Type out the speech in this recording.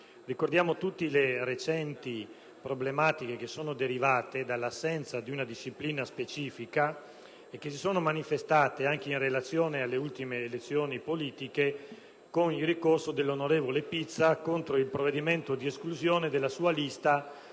Ricordiamo tutti le recenti problematiche che sono derivate dall'assenza di una disciplina specifica e che si sono manifestate anche in relazione alle ultime elezioni politiche con il ricorso dell'onorevole Pizza contro il provvedimento di esclusione della sua lista